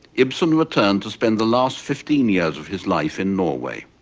ibsen returned to spend the last fifteen years of his life in norway,